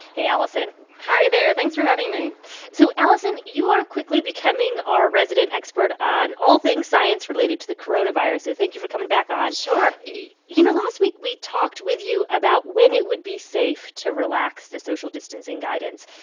hey, allison hi there. thanks for having me so, allison, you are quickly becoming our resident expert on all things science related to the coronavirus. so thank you for coming back on sure you you know, last week, we talked with you about when it would be safe to relax the social distancing guidance.